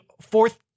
fourth